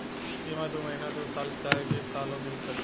सीमा दू महीना दू साल चाहे बीस सालो भी सकेला